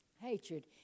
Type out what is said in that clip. Hatred